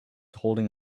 holding